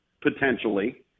potentially